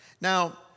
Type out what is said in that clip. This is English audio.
Now